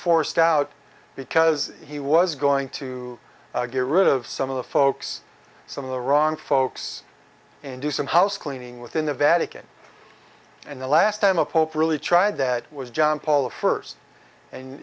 forced out because he was going to get rid of some of the folks some of the wrong folks and do some housecleaning within the vatican and the last time a pope really tried that was john paul the first and